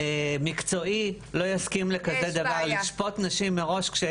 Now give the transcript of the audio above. מקצועי לא יסכים לכזה דבר, לשפוט נשים מראש.